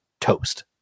Toast